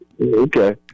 Okay